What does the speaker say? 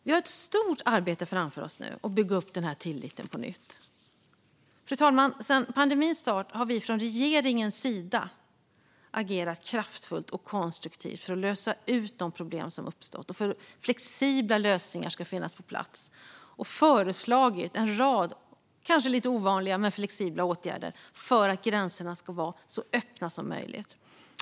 Vi har ett stort arbete framför oss nu med att bygga upp tilliten på nytt. Fru talman! Sedan pandemins start har vi från regeringens sida agerat kraftfullt och konstruktivt för att lösa ut de problem som har uppstått och för att flexibla lösningar ska finnas på plats. Vi har föreslagit en rad kanske lite ovanliga men flexibla åtgärder för att gränserna ska vara så öppna som möjligt.